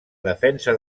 defensa